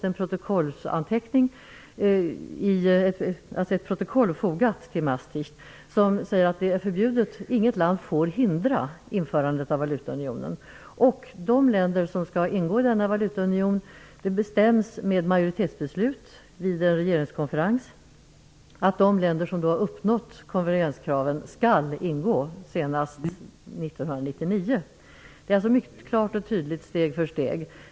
Det finns tvärtom ett protokoll fogat till Maastrichtavtalet där det står att inget land får hindra införandet av valutaunionen. Vilka länder som skall ingå i denna valutaunion bestäms med majoritetsbeslut vid en regeringskonferens. De länder som då har uppnått konvergenskraven skall ingå senast år 1999. Det är alltså klart och tydligt steg för steg.